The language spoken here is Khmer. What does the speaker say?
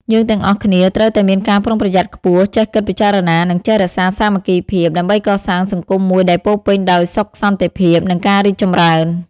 យើងទាំងអស់គ្នាត្រូវតែមានការប្រុងប្រយ័ត្នខ្ពស់ ចេះគិតពិចារណា និងចេះរក្សាសាមគ្គីភាព ដើម្បីកសាងសង្គមមួយដែលពោរពេញដោយសុខសន្តិភាព និងការរីកចម្រើន។